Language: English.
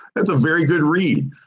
that's a very good read.